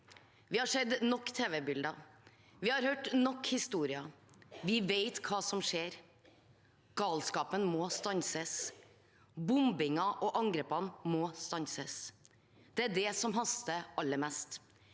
Vi har sett nok tv-bilder. Vi har hørt nok historier. Vi vet hva som skjer. Galskapen må stanses. Bombingen og angrepene må stanses. Det er det som haster aller mest.